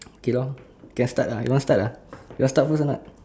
okay lor get start ah you want start uh you want start first or not